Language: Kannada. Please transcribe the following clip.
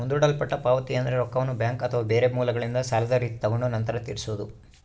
ಮುಂದೂಡಲ್ಪಟ್ಟ ಪಾವತಿಯೆಂದ್ರ ರೊಕ್ಕವನ್ನ ಬ್ಯಾಂಕ್ ಅಥವಾ ಬೇರೆ ಮೂಲಗಳಿಂದ ಸಾಲದ ರೀತಿ ತಗೊಂಡು ನಂತರ ತೀರಿಸೊದು